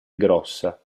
grossa